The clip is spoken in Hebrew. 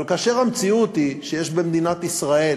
אבל כאשר המציאות היא שיש במדינת ישראל